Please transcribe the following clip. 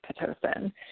Pitocin